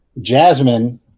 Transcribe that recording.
Jasmine